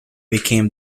became